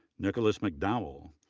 nicholas mcdowell,